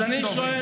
זה ממש לא שייך.